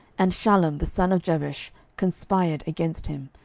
and shallum the son of jabesh conspired against him,